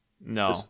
no